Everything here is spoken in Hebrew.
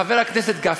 חבר הכנסת גפני,